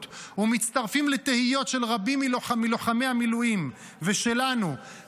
ומצטרפים לתהיות של רבים מלוחמי המילואים ושלנו,